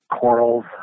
corals